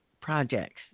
projects